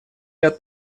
ряд